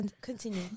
continue